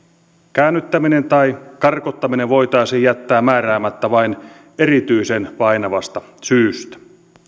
käännyttäminen tai karkottaminen voitaisiin jättää määräämättä vain erityisen painavasta syystä